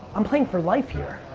i'm playing for life here.